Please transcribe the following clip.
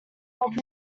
help